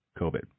COVID